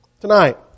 Tonight